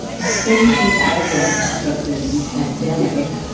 since the advent of this pandemic,